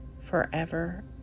forever